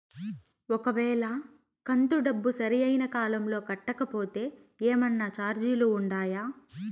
ఒక వేళ కంతు డబ్బు సరైన కాలంలో కట్టకపోతే ఏమన్నా చార్జీలు ఉండాయా?